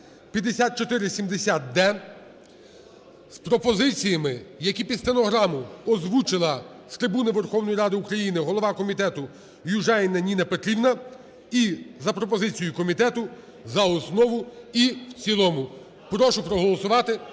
(5470-д) з пропозиціями, які під стенограму озвучила з трибуни Верховної Ради України голова комітетуЮжаніна Ніна Петрівна, і за пропозицією комітету за основу і в цілому. Прошу проголосувати,